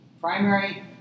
Primary